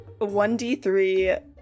1d3